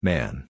Man